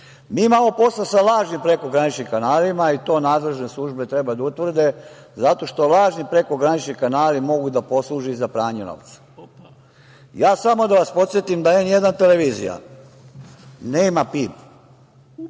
imamo posla sa lažnim pregoraničnim kanalima i to nadležne službe treba da utvrde, zato što lažni prekogranični kanali mogu da posluže i za pranje novca. Ja samo da vas podsetim da „N1“ televizija nema PIB,